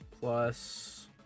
Plus